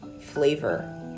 flavor